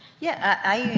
yeah, i,